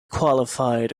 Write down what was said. qualified